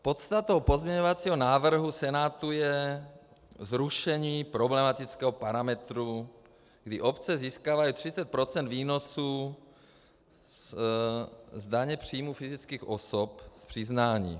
Podstatou pozměňovacího návrhu Senátu je zrušení problematického parametru, kdy obce získávají 30 % výnosu z daně příjmu fyzických osob z přiznání.